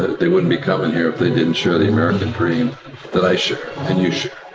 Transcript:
they wouldn't be coming here if they didn't share the american dream that i share and you share.